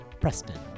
Preston